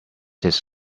his